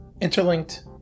Interlinked